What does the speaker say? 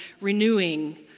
renewing